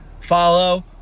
follow